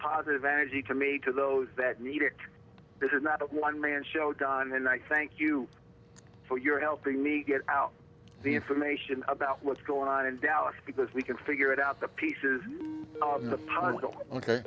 positive energy to me to those that need it this is not a one man show done and i thank you for your helping me get out the information about what's going on in dallas because we can figure it out the pieces in